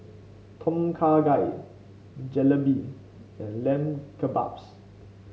Tom Kha Gai Jalebi and Lamb Kebabs